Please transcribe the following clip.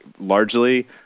Largely